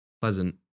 pleasant